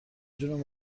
جون